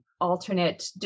alternate